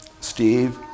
Steve